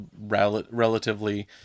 relatively